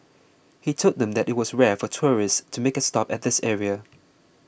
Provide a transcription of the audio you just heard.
he told them that it was rare for tourists to make a stop at this area